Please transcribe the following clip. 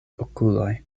okuloj